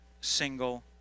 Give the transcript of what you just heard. single